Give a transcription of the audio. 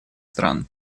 стран